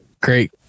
Great